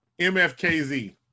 MFKZ